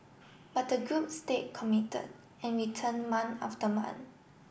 but the group stayed committed and return month after month